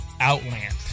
Outland